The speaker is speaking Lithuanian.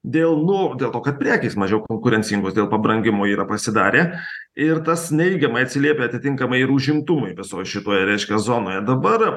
dėl nu dėl to kad prekės mažiau konkurencingos dėl pabrangimo yra pasidarę ir tas neigiamai atsiliepia atitinkamai ir užimtumui visoj šitoje reiškia zonoje dabar